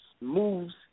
moves